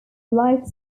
life